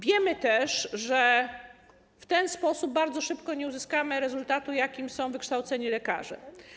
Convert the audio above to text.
Wiemy też, że w ten sposób bardzo szybko nie uzyskamy rezultatu, jakim są wykształceni lekarze.